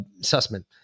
Sussman